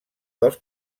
dels